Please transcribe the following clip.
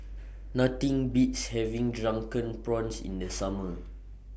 Nothing Beats having Drunken Prawns in The Summer